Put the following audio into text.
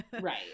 Right